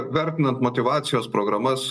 vertinant motyvacijos programas